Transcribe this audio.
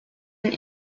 and